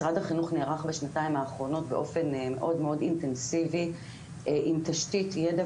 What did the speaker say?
משרד החינוך נערך בשנתיים האחרונות באופן מאוד אינטנסיבי עם תשתית ידע